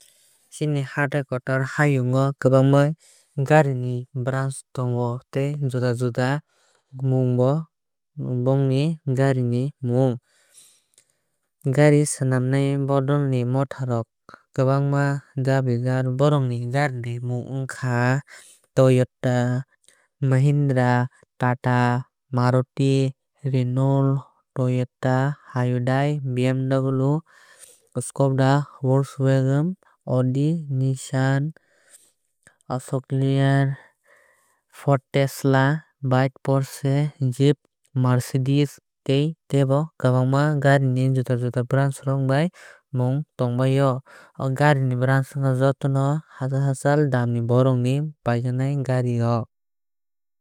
Chini hatai kotor hayung o kwbangma gari ni brands tongo tei juda juda mung bo bongni gari ni mung. Gari swnamnai bodol ni motha rok ongka Mahindra Tata Maruti Renault Toyota Hyundai BMW Honda Skoda Volkswagon Audi Nissan Ashok Leyland Ford Tesla BYD Porsche Jeep mercedes tei tebo kwbangma gari ni juda juda brands rok bai mung tongbai o. O gari ni brands ongkha jotono hachal hachal daam ni borok rok ni paijaknai gari rok.